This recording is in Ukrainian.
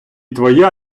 твоя